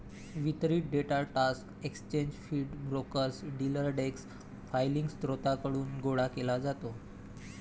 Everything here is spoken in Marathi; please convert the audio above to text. वितरित data stock exchange feed, brokers, dealer desk filing स्त्रोतांकडून गोळा केला जातो